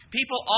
People